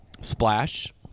Splash